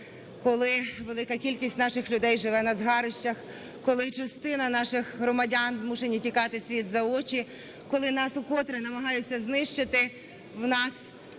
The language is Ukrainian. коли велика кількість наших людей живе на згарищах, коли частина наших громадян змушені тікати світ за очі, коли нас вкотре намагаються знищити, у нас є